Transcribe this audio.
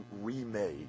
remade